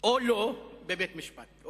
או לא, בבית-משפט.